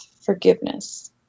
forgiveness